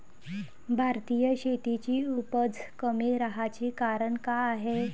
भारतीय शेतीची उपज कमी राहाची कारन का हाय?